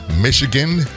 Michigan